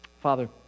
Father